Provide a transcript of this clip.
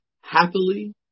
happily